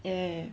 ya ya